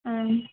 ஆ